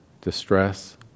distress